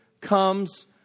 comes